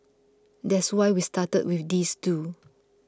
that's why we started with these two